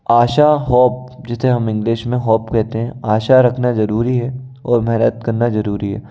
आशा hope जिसे हम English में होप कहते हैं आशा रखना ज़रूरी है और मेहनत करना ज़रूरी है